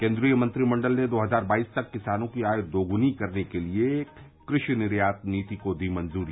केन्द्रीय मंत्रिमंडल ने दो हजार बाईस तक किसानों की आय दोगुनी करने के लिये कृषि निर्यात नीति को दी मंजूरी